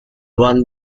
won